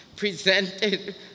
Presented